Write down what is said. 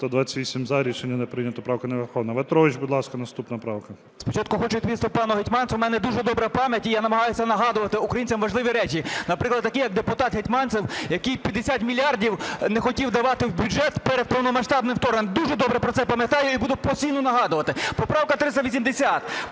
За-128 Рішення не прийнято. Правка не врахована. В'ятрович, будь ласка, наступна правка. 11:28:57 В’ЯТРОВИЧ В.М. Спочатку хочу відповісти пану Гетманцеву. В мене дуже добра пам'ять і я намагаюся нагадувати українцям важливі речі, наприклад, такі як депутат Гетманцев, який 50 мільярдів не хотів давати в бюджет перед повномасштабним вторгненням. Дуже добре про це пам'ятаю і буду постійно нагадувати. Поправка 380.